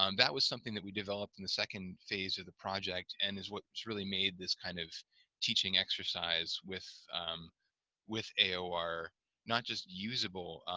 um that was something that we developed in the second phase of the project and is what's really made this kind of teaching exercise with with aor not not just usable,